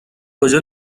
کجا